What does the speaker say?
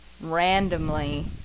randomly